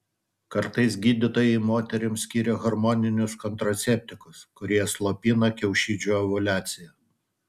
kartais gydytojai moterims skiria hormoninius kontraceptikus kurie slopina kiaušidžių ovuliaciją